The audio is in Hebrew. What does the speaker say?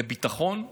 לביטחון,